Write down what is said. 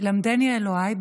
"למדני אלוהיי,